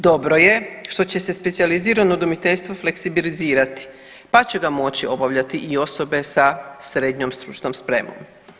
Dobro je što će se specijalizirano udomiteljstvo fleksibilizirati, pa će ga moći obavljati i osobe sa srednjom stručnom spremom.